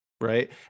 right